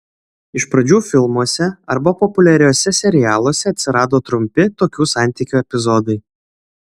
iš pradžių filmuose arba populiariuose serialuose atsirado trumpi tokių santykių epizodai